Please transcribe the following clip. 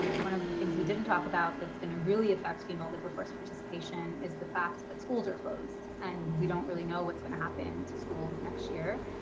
one of the things we didn't talk about, that's gonna really affect female labor force participation is the fact that schools are closed and we don't really know what's gonna happen to schools next year.